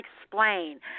explain